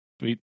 sweet